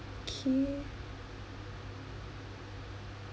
K